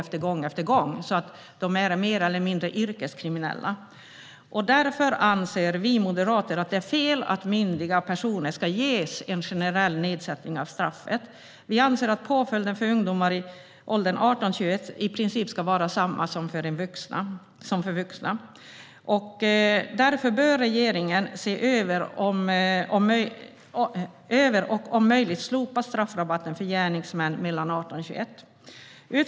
De är alltså mer eller mindre yrkeskriminella. Därför anser vi moderater att det är fel att myndiga personer ska ges en generell nedsättning av straffet. Vi anser att påföljderna för ungdomar i åldern 18-21 i princip ska vara desamma som för vuxna. Därför bör regeringen se över och om möjligt slopa straffrabatten för gärningsmän mellan 18 och 21 år.